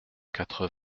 quatre